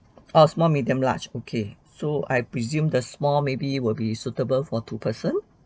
oh small medium large okay so I presume the small maybe will be suitable for two person